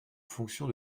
fonction